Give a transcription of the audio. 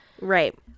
Right